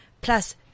plus